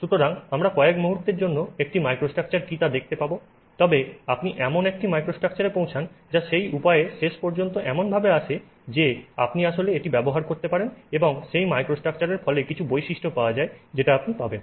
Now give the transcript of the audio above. সুতরাং আমরা কয়েক মুহুর্তে একটি মাইক্রোস্ট্রাকচার কী তা দেখতে পাব তবে আপনি এমন একটি মাইক্রোস্ট্রাকচারে পৌঁছান যা সেই উপায়ে শেষ পর্যন্ত এমনভাবে আসে যে আপনি আসলে এটি ব্যবহার করতে পারেন এবং সেই মাইক্রোস্ট্রাকচারের ফলে কিছু বৈশিষ্ট্য পাওয়া যায় যেটা আপনি পাবেন